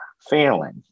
failing